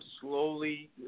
slowly